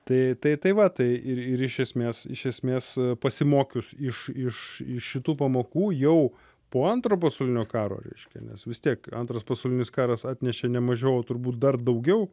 tai tai tai va tai ir ir iš esmės iš esmės pasimokius iš iš šitų pamokų jau po antrojo pasaulinio karo reiškia nes vis tiek antras pasaulinis karas atnešė nemažiau turbūt dar daugiau